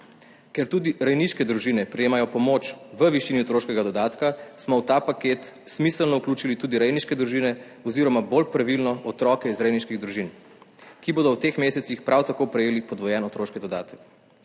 Ker tudi rejniške družine prejemajo pomoč v višini otroškega dodatka, smo v ta paket smiselno, vključili tudi rejniške družine oziroma, bolj pravilno, otroke iz rejniških družin, ki bodo v teh mesecih prav tako prejeli podvojen otroški dodatek.